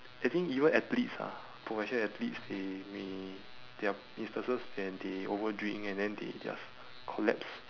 I think even athletes ah professional athletes they may there are instances when they overdrink and then they just collapse